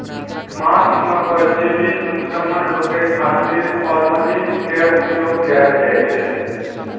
माछ मे परजीवी संक्रमण रोकै खातिर फॉर्मेलिन के उपयोग कैल जाइ छै